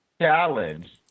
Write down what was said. challenge